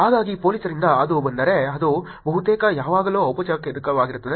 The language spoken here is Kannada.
ಹಾಗಾಗಿ ಪೊಲೀಸರಿಂದ ಅದು ಬಂದರೆ ಅದು ಬಹುತೇಕ ಯಾವಾಗಲೂ ಔಪಚಾರಿಕವಾಗಿರುತ್ತದೆ